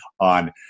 on